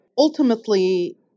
Ultimately